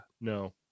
no